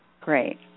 Great